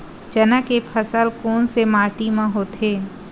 चना के फसल कोन से माटी मा होथे?